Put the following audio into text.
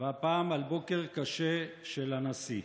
והפעם על בוקר קשה של הנשיא.